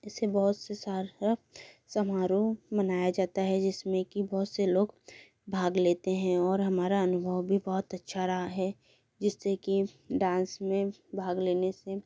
इससे बहुत से समारोह मनाया जाता है जिसमें कि बहुत से लोग भाग लेते हैं और हमारा अनुभव भी बहुत अच्छा रहा है जिससे कि डाँस में भाग लेने से